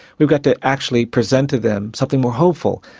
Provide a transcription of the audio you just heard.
we've got to actually present to them something more hopeful,